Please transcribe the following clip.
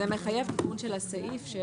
זה מחייב תיקון של הסעיף.